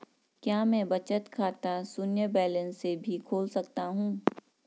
क्या मैं बचत खाता शून्य बैलेंस से भी खोल सकता हूँ?